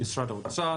משרד האוצר,